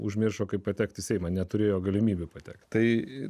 užmiršo kaip patekti į seimą neturėjo galimybių patekti tai